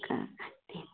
का कहतिन